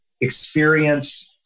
experienced